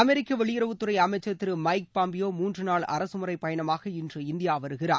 அமெரிக்க வெளியுறவுத்துறை அமைக்சர் திரு மைக் பாம்பியோ மூன்றுநாள் அரசமுறை பயணமாக இன்று இந்தியா வருகிறார்